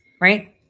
right